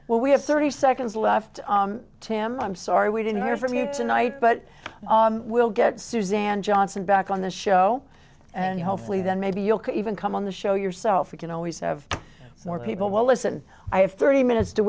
well we have thirty seconds left tim i'm sorry we didn't hear from you tonight but we'll get suzan johnson back on the show and hopefully then maybe you'll even come on the show yourself we can always have more people will listen i have thirty minutes to